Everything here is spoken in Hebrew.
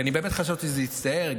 אני באמת חשבתי שזה יסתדר,